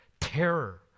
terror